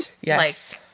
Yes